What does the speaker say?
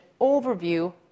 overview